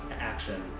action